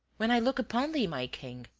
when i look upon thee, my king,